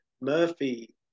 Murphy